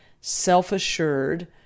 self-assured